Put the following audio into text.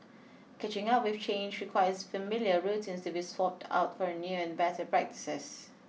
catching up with change requires familiar routines to be swapped out for new and better practices